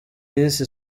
yise